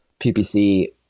ppc